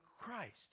Christ